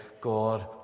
God